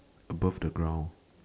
above the ground